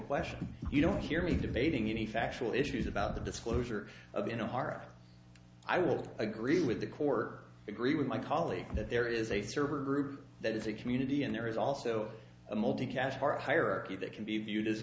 question you don't hear me debating any factual issues about the disclosure of you know heart i will agree with the core agree with my colleague that there is a server group that is a community and there is also a multicast or a hierarchy that can be viewed as